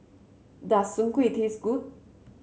does Soon Kway taste good